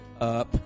up